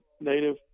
native